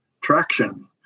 traction